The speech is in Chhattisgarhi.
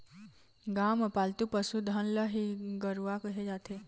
गाँव म पालतू पसु धन ल ही गरूवा केहे जाथे